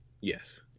Yes